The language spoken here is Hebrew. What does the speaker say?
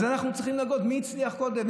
אנחנו צריכים לראות מי הצליח קודם,